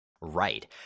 Right